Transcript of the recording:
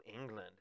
England